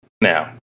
Now